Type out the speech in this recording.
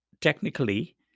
technically